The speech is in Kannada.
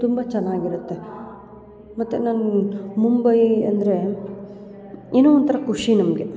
ತುಂಬ ಚೆನ್ನಾಗಿರುತ್ತೆ ಮತ್ತು ನನ್ಗೆ ಮುಂಬೈ ಅಂದರೆ ಏನೋ ಒಂಥರ ಖುಷಿ ನಮಗೆ